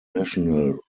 national